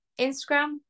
instagram